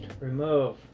remove